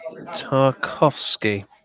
tarkovsky